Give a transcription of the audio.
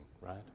right